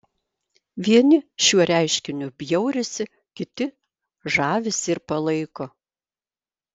vieni šiuo reiškiniu bjaurisi kiti žavisi ir palaiko